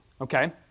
Okay